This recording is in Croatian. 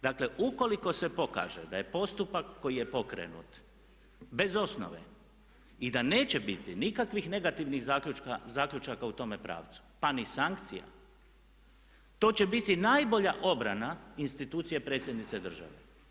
Dakle, ukoliko se pokaže da je postupak koji je pokrenut bez osnove i da neće biti nikakvih negativnih zaključaka u tome pravcu pa ni sankcija to će biti najbolja obrana institucije predsjednice države.